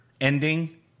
ending